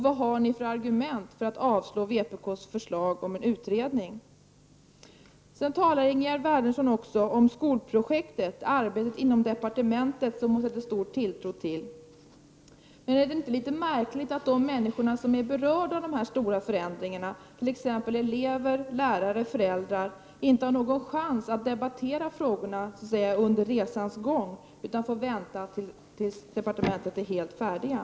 Vidare talar Ingegerd Wärnersson om skolprojektet, alltså arbetet inom departementet som hon sätter stor tilltro till. Är det inte litet märkligt att de människor som är berörda av förändringarna — t.ex. elever, lärare, föräldrar — inte har någon chans att debattera frågorna under resans gång som det heter. De får i stället vänta till dess att man på departementet har arbetat färdigt.